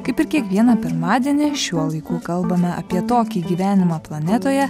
kaip ir kiekvieną pirmadienį šiuo laiku kalbame apie tokį gyvenimą planetoje